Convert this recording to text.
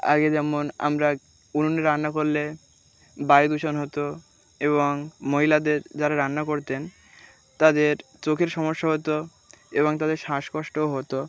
আগে যেমন আমরা উনুনে রান্না করলে বায়ু দূষণ হতো এবং মহিলাদের যারা রান্না করতেন তাদের চোখের সমস্যা হতো এবং তাদের শ্বাসকষ্টও হতো